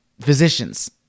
physicians